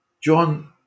John